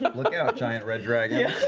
but look out, giant red dragons.